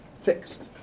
fixed